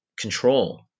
control